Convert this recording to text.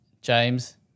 James